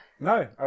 No